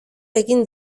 egin